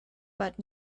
but